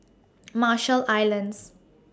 Marshall Islands